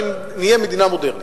שנהיה מדינה מודרנית.